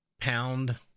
pound